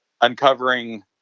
uncovering